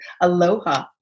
Aloha